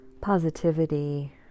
positivity